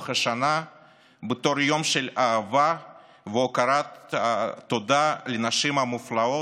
השנה בתור יום של אהבה והכרת תודה לנשים המופלאות,